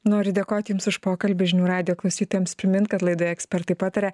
noriu dėkoti jums už pokalbį žinių radijo klausytojams primint kad laidoje ekspertai pataria